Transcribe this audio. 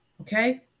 okay